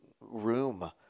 room